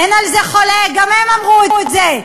אין על זה חולק, גם הם אמרו את זה.